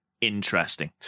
Interesting